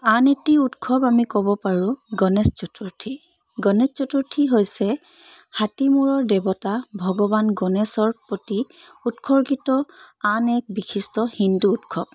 আন এটি উৎসৱ আমি ক'ব পাৰোঁ গণেশ চতুৰ্থী গণেশ চতুৰ্থী হৈছে হাতীমূৰৰ দেৱতা ভগৱান গণেশৰ প্ৰতি উৎসৰ্গিত আন এক বিশিষ্ট হিন্দু উৎসৱ